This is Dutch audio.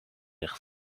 ligt